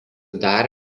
dar